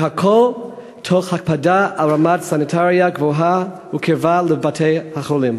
והכול תוך הקפדה על רמת סניטציה גבוהה וקרבה לבתי-החולים.